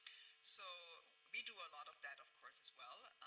so we do a lot of that, of course, as well,